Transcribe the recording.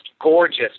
gorgeous